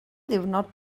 ddiwrnod